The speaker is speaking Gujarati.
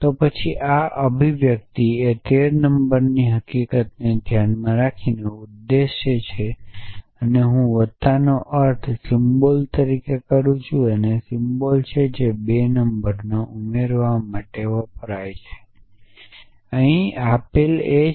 તો પછી આ અભિવ્યક્તિ એ 13 નંબરની હકીકતને ધ્યાનમાં રાખીને ઉદ્દેશ્ય છે કે હું વત્તાને અર્થ સિમ્બોલ તરીકે કરું છું તે સિમ્બોલ છે જે 2 નંબરોના ઉમેરા માટે વપરાય છે અને આપેલ